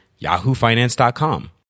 yahoofinance.com